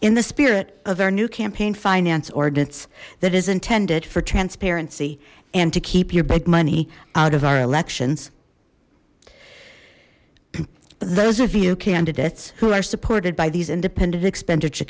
in the spirit of our new campaign finance ordinance that is intended for transparency and to keep your big money out of our elections those of you candidates who are supported by these independent expenditure